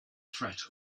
threat